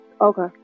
okay